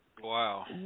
Wow